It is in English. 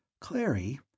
Clary